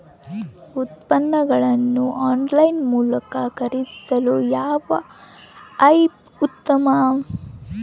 ಉತ್ಪನ್ನಗಳನ್ನು ಆನ್ಲೈನ್ ಮೂಲಕ ಖರೇದಿಸಲು ಯಾವ ಆ್ಯಪ್ ಉತ್ತಮ?